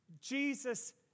Jesus